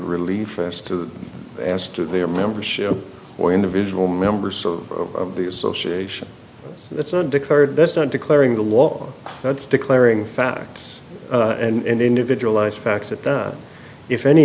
relief as to as to their membership or individual members of the association that's undeclared that's not declaring the law that's declaring facts and individualized facts at that if any